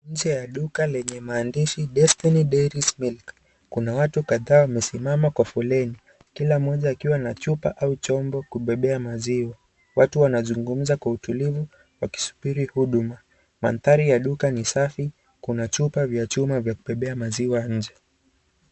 Nje ya duka lenye maandishi destiny daily`s milk , kuna watu kathaa wamesimama kwa foleni, kila mmoja akiwa na chupa au chombo kubebea maziwa, watu wanazungumza kwa utulivu, wakispili huduma, manthari ya duka ni safi, kuna chupa vya chuma vya kubebea maziwa nje.